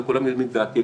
וכולם יודעים את דעתי.